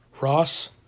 Ross